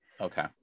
Okay